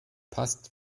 passt